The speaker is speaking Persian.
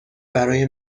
برای